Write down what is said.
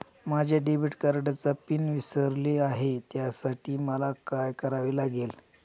माझ्या डेबिट कार्डचा पिन विसरले आहे त्यासाठी मला काय करावे लागेल?